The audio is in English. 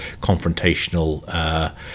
confrontational